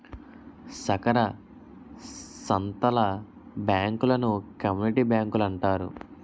సాకార సంత్తల బ్యాంకులను కమ్యూనిటీ బ్యాంకులంటారు